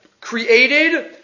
created